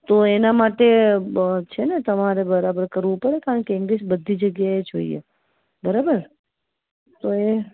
તો એના માટે છે ને તમારે બરાબર કરવું પડે કારણકે ઇંગ્લિશ બધી જગ્યાએ જોઈએ બરાબર તો એ